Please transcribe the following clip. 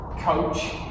coach